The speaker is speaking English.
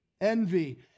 envy